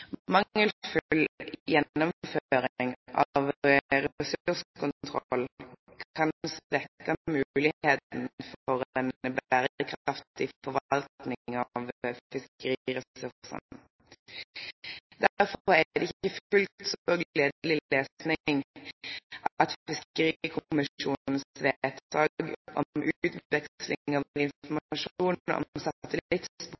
av ressurskontroll kan svekke muligheten for en bærekraftig forvaltning av fiskeriressursene. Derfor er det ikke fullt så gledelig lesning at Fiskerikommisjonens vedtak om